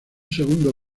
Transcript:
segundo